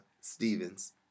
Stevens